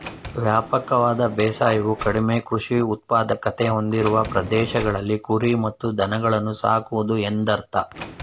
ವ್ಯಾಪಕವಾದ ಬೇಸಾಯವು ಕಡಿಮೆ ಕೃಷಿ ಉತ್ಪಾದಕತೆ ಹೊಂದಿರುವ ಪ್ರದೇಶಗಳಲ್ಲಿ ಕುರಿ ಮತ್ತು ದನಗಳನ್ನು ಸಾಕುವುದು ಎಂದರ್ಥ